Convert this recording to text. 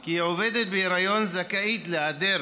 כי עובדת בהיריון זכאית להיעדר